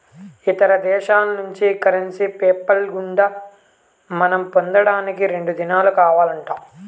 ఇతర దేశాల్నుంచి currency PayPal గుండా మనం పొందేదానికి రెండు దినాలు కావాలంట